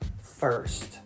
first